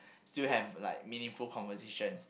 still have meaningful like conversations